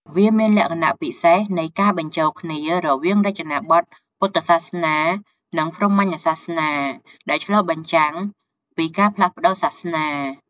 វាមានលក្ខណៈពិសេសនៃការបញ្ចូលគ្នារវាងរចនាបថពុទ្ធសាសនា និងព្រហ្មញ្ញសាសនា ដែលឆ្លុះបញ្ចាំងពីការផ្លាស់ប្តូរសាសនា។